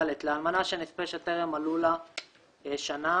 (ד) לאלמנה של נספה שטרם מלאו לה 60 שנה